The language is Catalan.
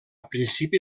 principi